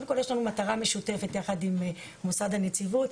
יש לנו מטרה משותפת יחד עם מוסד הנציבות,